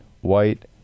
white